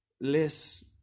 less